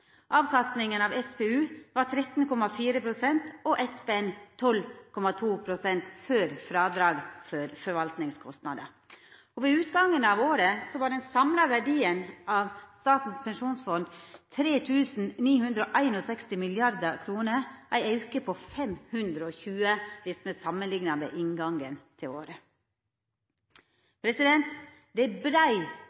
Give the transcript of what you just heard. Avkastningen på SPU var 13,4 pst. og på SPN var den 12,2 pst. før fradrag for forvaltningskostnader. Ved utgangen av året var den samlede verdien av fondet på 3 961 mrd. kr, det er en økning på 520 mrd. kr sammenlignet med inngangen til året.